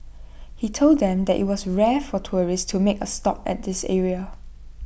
he told them that IT was rare for tourists to make A stop at this area